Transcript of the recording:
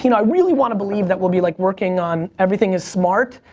you know i really wanna believe that we'll be, like, working on, everything is smart.